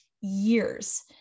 years